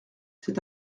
c’est